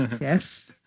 Yes